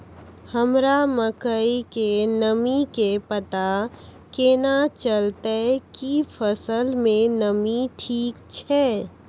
हमरा मकई के नमी के पता केना चलतै कि फसल मे नमी ठीक छै?